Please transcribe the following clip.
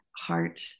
heart